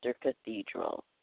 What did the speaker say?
Cathedral